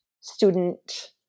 student